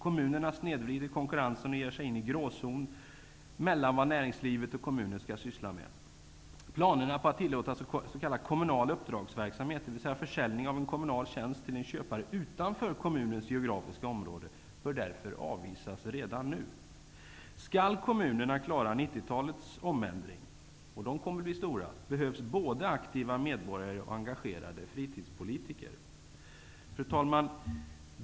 Kommunerna snedvrider konkurrensen och ger sig in i gråzonen mellan vad näringslivet och kommunen skall syssla med. Planerna på att tillåta s.k. kommunal uppdragsverksamhet, dvs. försäljning av en kommunal tjänst till köpare utanför kommunens geografiska område, bör därför avvisas redan nu. Om kommunerna skall klara 90-talets förändringar, och de kommer att bli stora, behövs både aktiva medborgare och engagerade fritidspolitiker. Fru talman!